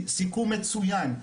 סיכום מצוין,